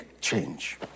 change